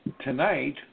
tonight